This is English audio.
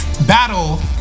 battle